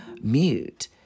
mute